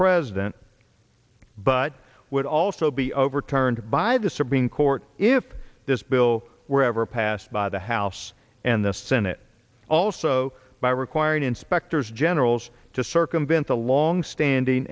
president but would also be overturned by the supreme court if this bill were ever passed by the house and the senate also by requiring inspectors generals to circumvent the longstanding